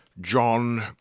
John